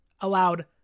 allowed